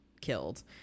killed